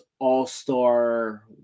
all-star